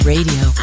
Radio